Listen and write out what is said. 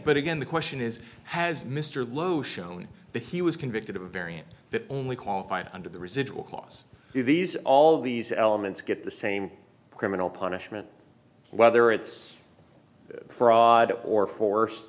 but again the question is has mr lowe shown that he was convicted of a variant that only qualified under the residual clause these all these elements get the same criminal punishment whether it's fraud or